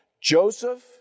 Joseph